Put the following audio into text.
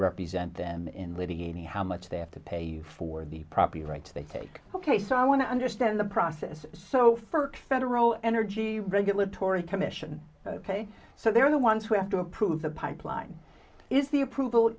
represent them in litigating how much they have to pay for the property rights they take ok so i want to understand the process so first federal energy regulatory commission so they are the ones who have to approve the pipeline is the approval